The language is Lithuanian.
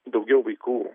daugiau vaikų